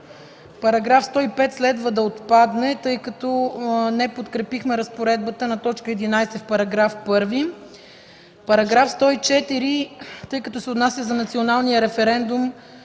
§ 105 следва да отпадне, тъй като не подкрепихме разпоредбата на т. 11 в § 1. Параграф 104, тъй като се отнася за националния референдум,